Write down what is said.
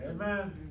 Amen